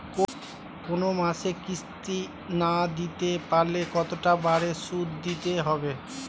কোন মাসে কিস্তি না দিতে পারলে কতটা বাড়ে সুদ দিতে হবে?